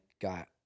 got